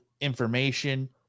information